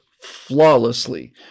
flawlessly